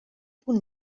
punt